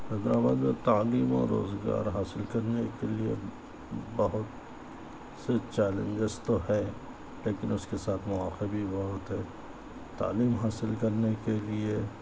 حیدر آباد میں تعلیم و روزگار حاصل کرنے کے لئے بہت سے چیلنجیز تو ہے لیکن اس کے ساتھ مواقع بھی بہت ہے تعلیم حاصل کرنے کے لئے